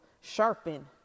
sharpen